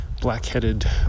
black-headed